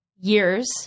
years